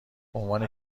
بعنوان